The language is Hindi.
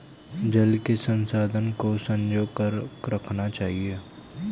जल के संसाधन को संजो कर रखना चाहिए